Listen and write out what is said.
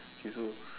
K so